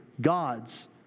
God's